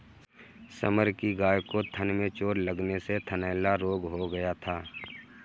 summer की गाय को थन में चोट लगने से थनैला रोग हो गया था